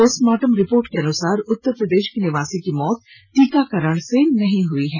postmortem report को अनुसार उत्तर प्रदेश के निवासी की मौत टीकाकरण से नहीं हई है